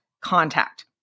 contact